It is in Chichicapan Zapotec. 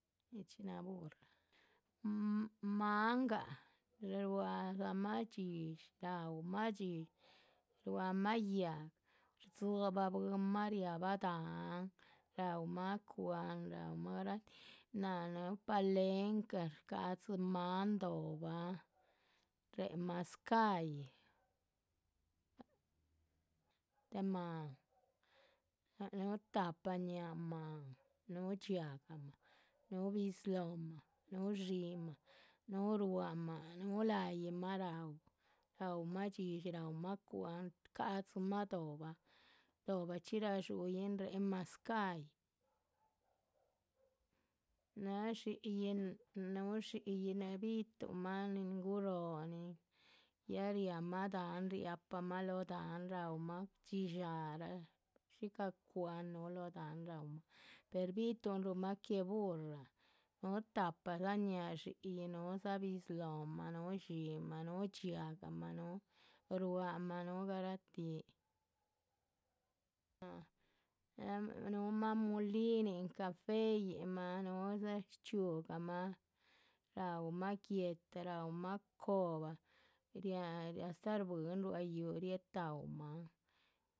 Nichxí naha burra máangah ruámah dxídshi, raúmah dxídshi ruahmah yáhga rzíbah bwínmah riáhbah dahán raúmah cwa´han raúmah garatih, náha núhu palenca. shca´dzi máan do´bah réhe mazcáhyi, tá máan, núhu tahpa ñáhaamah, núhu dxiahgamah, núhu bizlóhmah, núhu dxíi mah, núhu ruámah, núhu la´yih mah raú, ráumah dxídshi. raúmah cwa´han shcáhadzi mah do´bah, do´bahchxi radxúyin, réhen mazcáhyi, néhe dxi´yi núhu dxi´yi néhe bituhunmah nin guróho nin ya riámah dáhan riahpamah lóho. dahán raúmah dxíshaaraa, shícah cwa´han núhu lóho dahán raumah, per bituhunrumah que burra núhu tahpadza ñáhaa dxi´yi, nuhudza bizlóhmah, núhu dxíi mah, núhu dxiahgamah. núhu, ruámah núhu garatih, ya núhu máan mulinin caféyinmah núhudza shchxíugahma raúmah guéhta raúmah cobah riá riá astáh shbuihin ruá yuhú rie taumahn